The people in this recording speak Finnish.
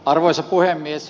arvoisa puhemies